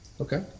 Okay